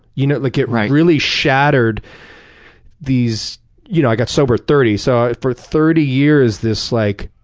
you know like it really shattered these you know i got sober at thirty, so for thirty years this like,